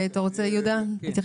אתה רוצה להתייחס?